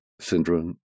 Syndrome